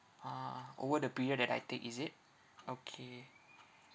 ah over the period that I take is it okay